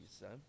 son